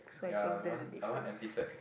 ya that one are one empty sack